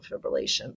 fibrillation